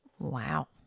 Wow